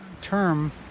term